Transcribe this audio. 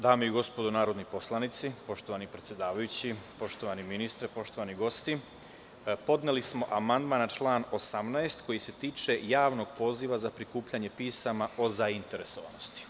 Dame i gospodo narodni poslanici, poštovani predsedavajući, poštovani ministre, poštovani gosti, podneli smo amandman na član 18. koji se tiče javnog poziva za prikupljanje pisama o zainteresovanosti.